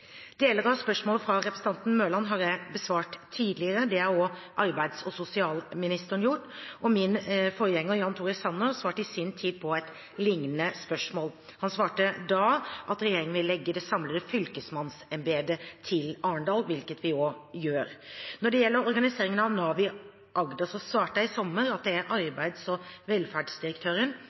Deler av spørsmålet fra representanten Mørland har jeg besvart tidligere. Det har også arbeids- og sosialministeren gjort. Min forgjenger, Jan Tore Sanner, svarte i sin tid på et lignende spørsmål. Han svarte da at regjeringen ville legge det samlede fylkesmannsembetet til Arendal, hvilket vi også gjør. Når det gjelder organiseringen av Nav i Agder, svarte jeg i sommer at det er arbeids- og velferdsdirektøren